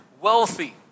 wealthy